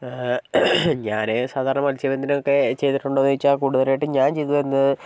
ഞാൻ സാധാരണ മൽസ്യബന്ധനമൊക്കെ ചെയ്തിട്ടുണ്ടോന്ന് ചോദിച്ചാൽ കൂടുതലായിട്ടും ഞാൻ ചെയ്തുവരുന്നത്